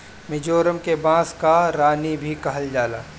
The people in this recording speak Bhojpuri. मिजोरम के बांस कअ रानी भी कहल जाला